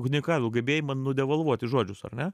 unikalų gebėjimą nudevalvuoti žodžius ar ne